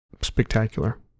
spectacular